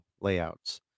layouts